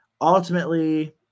Ultimately